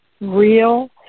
real